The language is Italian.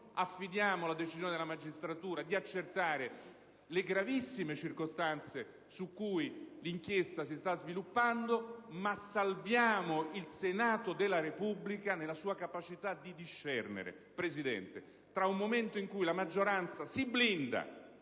affidiamo alla magistratura il compito di accertare le gravissime circostanze su cui l'inchiesta si sta sviluppando, ma salviamo il Senato della Repubblica nella sua capacità di discernere, signor Presidente, tra un momento in cui la maggioranza si blinda